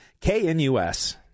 KNUS